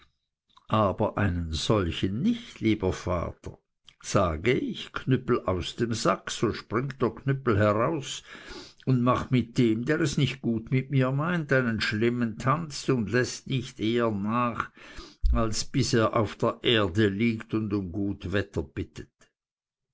aber einen solchen nicht lieber vater sage ich knüppel aus dem sack so springt der knüppel heraus und macht mit dem der es nicht gut mit mir meint einen schlimmen tanz und läßt nicht eher nach als bis er auf der erde liegt und um